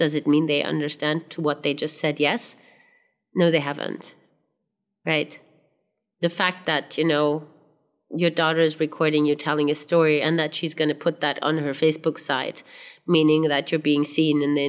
does it mean they understand to what they just said yes no they haven't right the fact that you know your daughter is recording you telling a story and that she's gonna put that on her facebook site meaning that you're being seen in the